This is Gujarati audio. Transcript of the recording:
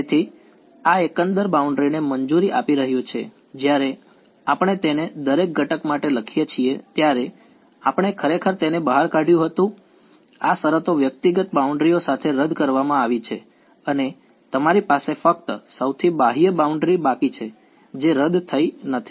તેથી આ એકંદર બાઉન્ડ્રીને મંજૂરી આપી રહ્યું છે જ્યારે આપણે તેને દરેક ઘટક માટે લખીએ છીએ ત્યારે આપણે ખરેખર તેને બહાર કાઢ્યું હતું આ શરતો વ્યક્તિગત બાઉન્ડ્રીઓ સાથે રદ કરવામાં આવી છે અને તમારી પાસે ફક્ત સૌથી બાહ્ય બાઉન્ડ્રી બાકી છે જે રદ થઈ નથી